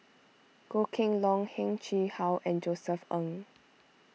Goh Kheng Long Heng Chee How and Josef Ng